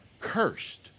cursed